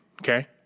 Okay